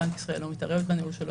בנק ישראל לא מתערב בניהול שלו,